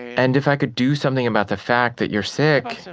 and if i could do something about the fact that you're sick, so